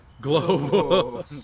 Global